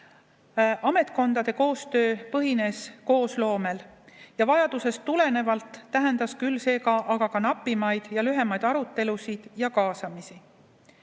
Ametkondade koostöö põhines koosloomel, aga vajadusest tulenevalt tähendas see ka napimaid ja lühemaid arutelusid ja kaasamisi.